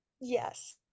Yes